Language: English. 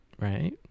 Right